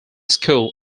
school